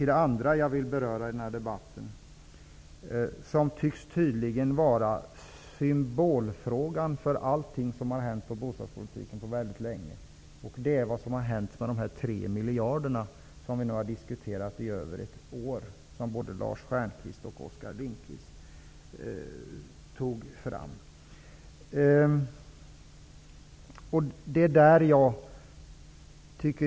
Det andra jag vill beröra i den här debatten tycks vara symbolfrågan för allting som har hänt på bostadspolitikens område på mycket länge, nämligen vad som har hänt med de 3 miljarderna som vi nu har diskuterat i över ett år och som både Lars Stjernkvist och Oskar Lindkvist tog fram.